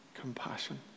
compassion